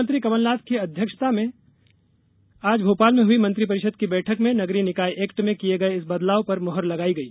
मुख्यमंत्री कमलनाथ की अध्यक्षता में आज भोपाल में हई मंत्रिपरिषद की बैठक में नगरीय निकाय एक्ट में किये गये इस बदलाव पर मुहर लगाई गई